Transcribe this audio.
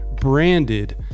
branded